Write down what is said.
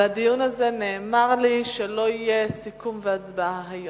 על הדיון הזה נאמר לי שלא יהיו היום סיכום והצבעה.